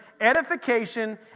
edification